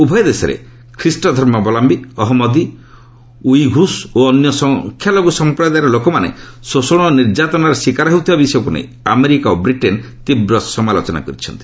ଉଭୟ ଦେଶରେ ଖ୍ରୀଷ୍ଟଧର୍ମାବଲମ୍ୟୀ ଅହନ୍ମଦୀଉଇଘୁଷ ଓ ଅନ୍ୟ ସଂଖ୍ୟାଲଘୁ ସଂପ୍ରଦାୟର ଲୋକମାନେ ଶୋଷଣ ଓ ନିର୍ଯାତନାର ଶିକାର ହେଉଥିବା ବିଷୟକୁ ନେଇ ଆମେରିକା ଓ ବ୍ରିଟେନ୍ ତୀବ୍ର ସମାଲୋଚନା କରିଛନ୍ତି